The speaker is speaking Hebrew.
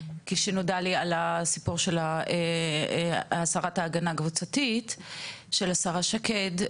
כשנודע לי על הסיפור של הסרת ההגנה הקבוצתית של השרה שקד,